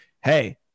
hey